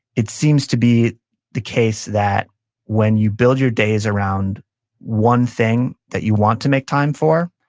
it seems to be the case that when you build your days around one thing that you want to make time for,